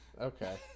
Okay